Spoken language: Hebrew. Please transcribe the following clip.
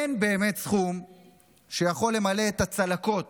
אין באמת סכום שיכול למלא את הצלקות